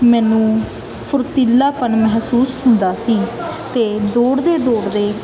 ਮੈਨੂੰ ਫੁਰਤੀਲਾਪਨ ਮਹਿਸੂਸ ਹੁੰਦਾ ਸੀ ਅਤੇ ਦੌੜਦੇ ਦੌੜਦੇ